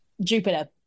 Jupiter